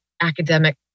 academic